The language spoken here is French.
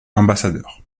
ambassadeur